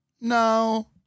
No